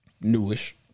newish